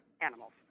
animals